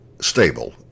stable